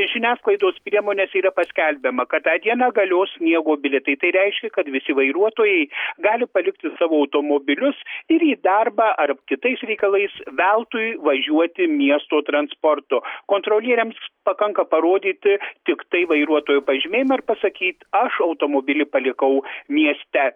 žiniasklaidos priemonės yra paskelbiama kad tą dieną galios sniego bilietai tai reiškia kad visi vairuotojai gali palikti savo automobilius ir į darbą ar kitais reikalais veltui važiuoti miesto transportu kontrolieriams pakanka parodyti tiktai vairuotojo pažymėjimą ir pasakyt aš automobilį palikau mieste